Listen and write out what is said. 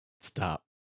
Stop